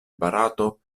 barato